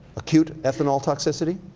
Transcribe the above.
acute ethanol toxicity.